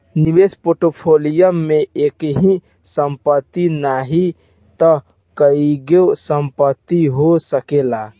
निवेश पोर्टफोलियो में एकही संपत्ति नाही तअ कईगो संपत्ति हो सकेला